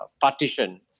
partition